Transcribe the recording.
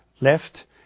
left